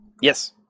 Yes